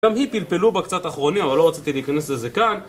גם היא פלפלו בה קצת אחרונים אבל לא רציתי להיכנס לזה כאן